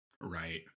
Right